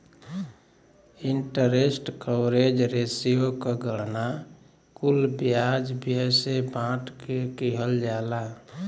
interest coverage ratio क गणना कुल ब्याज व्यय से बांट के किहल जाला